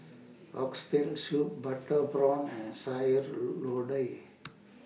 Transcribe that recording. Oxtail Soup Butter Prawns and Sayur load Lodeh